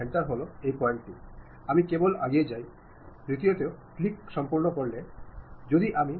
പറഞ്ഞതുപോലെ ഗ്രേപ്പ്വൈൻ ൽ നിന്ന് സ്വയം അകന്നുനിൽക്കാൻ ശ്രമിക്കുക നിങ്ങൾക്ക് വേണമെങ്കിൽ അതിന്റെ ഭാഗമാകാം